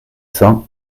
cents